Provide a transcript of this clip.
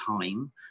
time